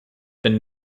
been